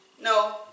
No